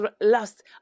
last